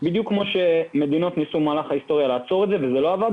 בדיוק כמו שמדינות ניסו במהלך ההיסטוריה לעצור את זה וזה לא עבד,